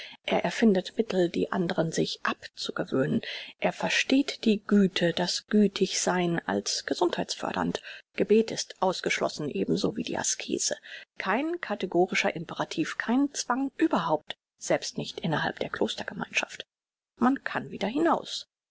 er erfindet mittel die anderen sich abzugewöhnen er versteht die güte das gütig sein als gesundheitsfördernd gebet ist ausgeschlossen ebenso wie die askese kein kategorischer imperativ kein zwang überhaupt selbst nicht innerhalb der klostergemeinschaft man kann wieder hinaus